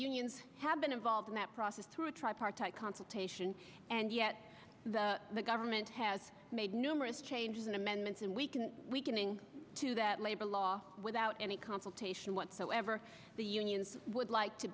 unions have been involved in that process through a tripartite consultation and yet the government has made numerous changes in amendments and we can weakening to that labor law without any consultation whatsoever the unions would like to